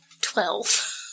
Twelve